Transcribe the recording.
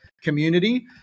community